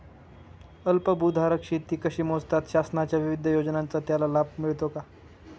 अल्पभूधारक शेती कशी मोजतात? शासनाच्या विविध योजनांचा त्याला लाभ मिळतो का?